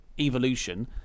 Evolution